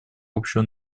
общего